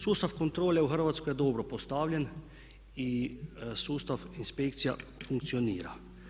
Sustav kontrole u Hrvatskoj je dobro postavljen i sustav inspekcija funkcionira.